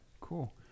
Cool